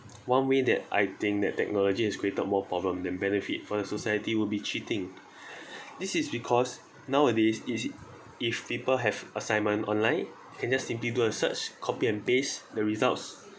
one way that I think that technology has created more problem than benefit for the society will be cheating this is because nowadays is if people have assignment online can just simply do a search copy and paste the results